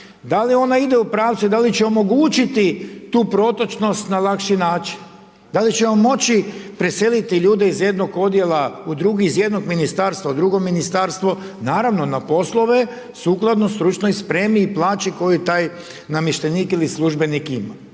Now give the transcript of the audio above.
da li ona ide u pravcu i da li će omogućiti tu protočnost na lakši način. Da li ćemo moći preseliti ljude iz jednog odjela u drugi, iz jednog ministarstva u drugo ministarstvo, naravno na poslove sukladno stručnoj spremi i plaći koji taj namještenik ili službenik ima.